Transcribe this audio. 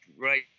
right